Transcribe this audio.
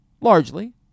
Largely